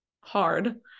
hard